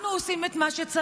אנחנו עושים את מה שצריך,